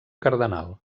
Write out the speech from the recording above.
cardenal